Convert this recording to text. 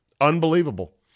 Unbelievable